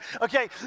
Okay